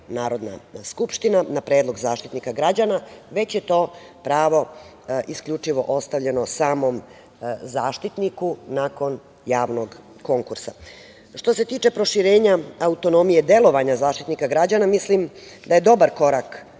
Narodna skupština na predlog Zaštitnika građana, već je to pravo isključivo ostavljeno samom Zaštitniku, nakon javnog konkursa. Što se tiče proširenja same autonomije delovanja Zaštitnika građana, mislim da je dobar korak